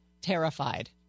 terrified